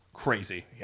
Crazy